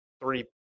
three